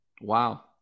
Wow